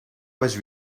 was